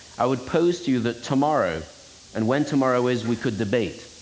i would pose to you that tomorrow and when tomorrow is we could debate,